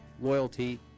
loyalty